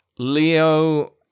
leo